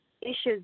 issues